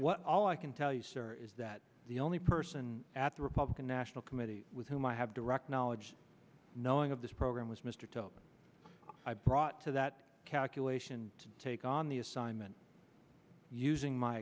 what all i can tell you sir is that the only person at the republican national committee with whom i have direct knowledge knowing of this program was mr talcott i brought to that calculation to take on the assignment using my